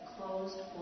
closed